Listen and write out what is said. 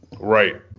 Right